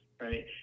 right